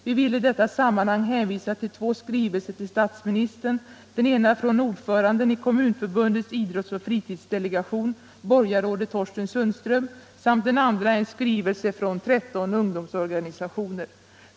Vi vill i detta sammanhang hänvisa till två skrivelser till statsministern. Den ena från ordföranden i Kommunförbundets idrotts och fritidsdelegation, borgarrådet Thorsten Sundström, den andra en skrivelse från 13 ungdomsorganisationer.